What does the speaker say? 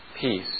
peace